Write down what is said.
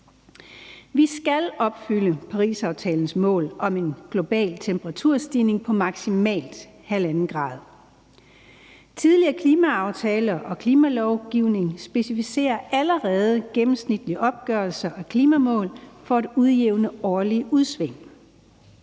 Vi skal opfylde Parisaftalens mål om en global temperaturstigning på maksimalt 1,5 grader. Tidligere klimaaftaler og klimalovgivning specificerer allerede gennemsnitlige opgørelser og klimamål for at udjævne årlige udsving.